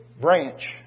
branch